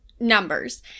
Numbers